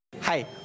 Hi